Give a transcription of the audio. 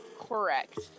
Correct